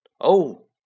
Oh